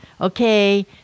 Okay